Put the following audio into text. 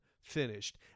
finished